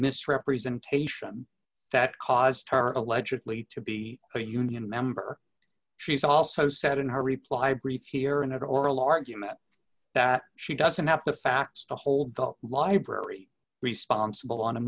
misrepresentation that caused her allegedly to be a union member she's also said in her reply brief here in an oral argument that she doesn't have the facts to hold the library responsible on a